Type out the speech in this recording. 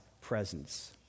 presence